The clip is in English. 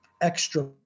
extra